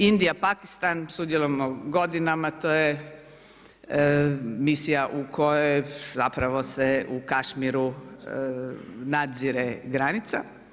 Indija, Pakistan, sudjelujemo godinama, to je misija u kojoj, zapravo se u Kašmiru nadzire granica.